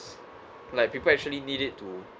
like people actually need it to